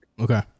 Okay